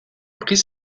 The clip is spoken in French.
prit